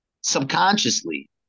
subconsciously